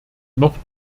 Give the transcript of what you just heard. noch